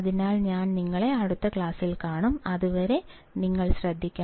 അതിനാൽ ഞാൻ നിങ്ങളെ അടുത്ത ക്ലാസ്സിൽ കാണും അതുവരെ നിങ്ങൾ ശ്രദ്ധിക്കണം